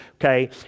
okay